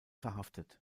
verhaftet